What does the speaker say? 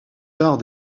tard